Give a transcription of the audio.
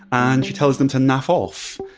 and she tells them to naff off.